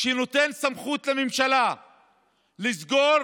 שנותן סמכות לממשלה לסגור